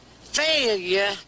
failure